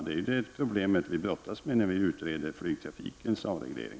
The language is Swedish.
Det är ett problem som vi brottas med också när vi utreder flygtrafikens avreglering.